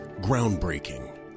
Groundbreaking